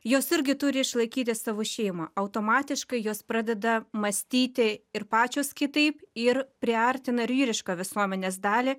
jos irgi turi išlaikyti savo šeimą automatiškai jos pradeda mąstyti ir pačios kitaip ir priartina ir vyrišką visuomenės dalį